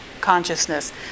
consciousness